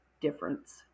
difference